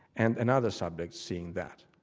and another subject seeing that.